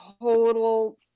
total